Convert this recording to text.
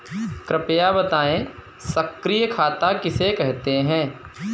कृपया बताएँ सक्रिय खाता किसे कहते हैं?